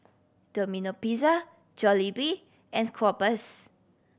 Domino Pizza Jollibee and Schweppes